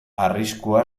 arriskua